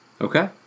Okay